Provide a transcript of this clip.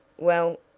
well,